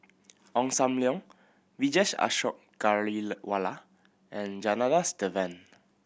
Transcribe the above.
Ong Sam Leong Vijesh Ashok and Janadas Devan